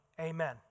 amen